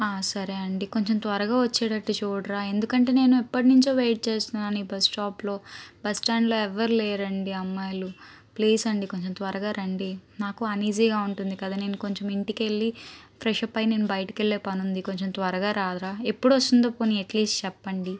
సరే అండి కొంచెం త్వరగా వచ్చేటట్టు చూడరా ఎందుకంటే నేను ఎప్పటినుంచో వెయిట్ చేస్తున్నా నీ బస్ స్టాప్లో బస్టాండ్లో ఎవరు లేరండి అమ్మాయిలు ప్లీజ్ అండి కొంచం త్వరగా రండి నాకు అనీజీగా ఉంటుంది కదా నేను కొంచెం ఇంటికెళ్ళి ఫ్రెష్ అప్ అయ్యి నేను బయటికెళ్ళే పనుంది కొంచెం త్వరగా రారా ఎప్పుడొస్తుందో పొని అట్లీస్ట్ చెప్పండి